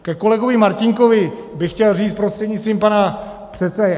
Ke kolegovi Martínkovi bych chtěl říct, prostřednictvím pana předsedajícího.